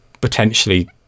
potentially